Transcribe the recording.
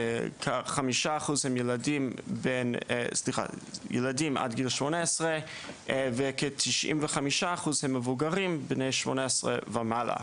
כ-5% הם ילדים עד גיל 18 וכ-95% הם מבוגרים בני 18 ומעלה.